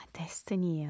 destiny